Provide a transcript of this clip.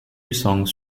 songs